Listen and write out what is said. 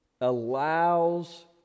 allows